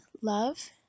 love